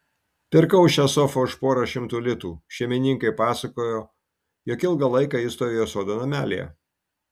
pirkau šią sofą už porą šimtų litų šeimininkai pasakojo jog ilgą laiką ji stovėjo sodo namelyje